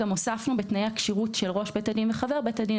הוספנו בתנאי הכשירות של ראש בית הדין וחבר בית הדין,